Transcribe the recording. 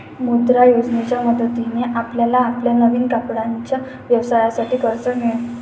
मुद्रा योजनेच्या मदतीने आपल्याला आपल्या नवीन कपड्यांच्या व्यवसायासाठी कर्ज मिळेल